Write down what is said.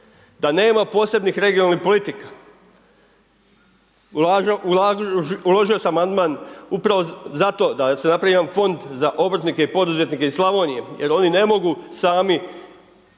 Da nema posebnih regionalnih politika. Uložio sam amandman upravo zato da se napravi jedan fond za obrtnike i poduzetnike iz Slavonije jer oni ne mogu sami